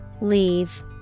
leave